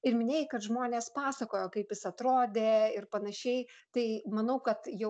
ir minėjai kad žmonės pasakojo kaip jis atrodė ir panašiai tai manau kad jau